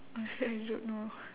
honestly I don't know